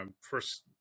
first